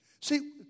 See